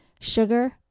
sugar